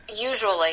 usually